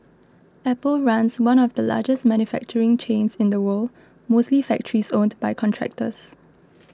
Apple runs one of the largest manufacturing chains in the world mostly factories owned by contractors